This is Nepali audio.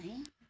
है